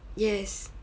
yes